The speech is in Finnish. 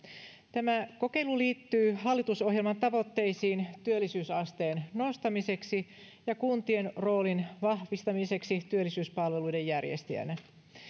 tämä kokeilu liittyy hallitusohjelman tavoitteisiin työllisyysasteen nostamiseksi ja kuntien roolin vahvistamiseksi työllisyyspalveluiden järjestäjänä